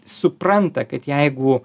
supranta kad jeigu